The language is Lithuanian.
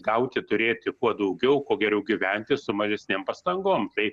gauti turėti kuo daugiau kuo geriau gyventi su mažesnėm pastangom tai